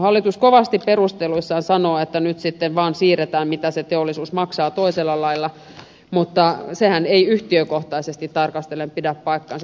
hallitus kovasti perusteluissaan sanoo että nyt sitten vaan siirretään mitä se teollisuus maksaa toisella lailla mutta sehän ei yhtiökohtaisesti tarkastellen pidä paikkaansa